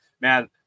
Man